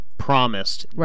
Promised